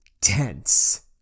tense